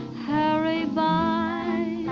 hurry by